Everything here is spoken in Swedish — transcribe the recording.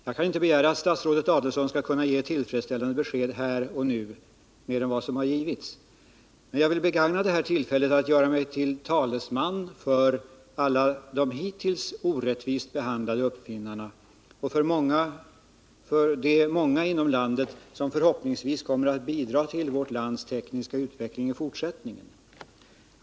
Jag kan inte begära att statsrådet Adelsohn skall kunna ge ett tillfredsställande besked här och nu — utöver det han lämnat i svaret — men jag vill begagna tillfället att göra mig till talesman för alla de hittills orättvist behandlade uppfinnarna och för de många inom landet som förhoppningsvis kommer att bidra till vårt lands tekniska utveckling i fortsättningen.